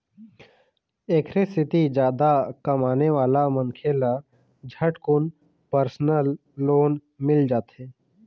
एखरे सेती जादा कमाने वाला मनखे ल झटकुन परसनल लोन मिल जाथे